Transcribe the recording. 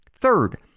Third